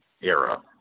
era